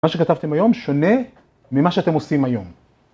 מה שכתבתם היום שונה ממה שאתם עושים היום.